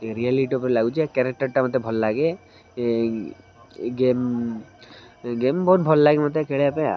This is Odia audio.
ରିୟାଲିଟି ଉପରେ ଲାଗୁଛି ଆଉ କ୍ୟାରେକ୍ଟରଟା ମତେ ଭଲ ଲାଗେ ଗେମ୍ ଗେମ୍ ବହୁତ ଭଲ ଲାଗେ ମତେ ଖେଳିବା ପାଇଁ ଆଉ